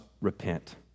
repent